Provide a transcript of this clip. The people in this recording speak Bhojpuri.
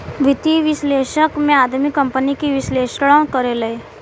वित्तीय विश्लेषक में आदमी कंपनी के विश्लेषण करेले